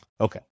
Okay